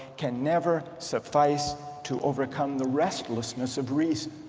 can never suffice to overcome the restless of reason.